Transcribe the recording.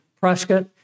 Prescott